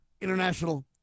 international